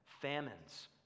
Famines